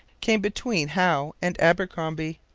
came between howe and abercromby.